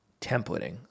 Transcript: templating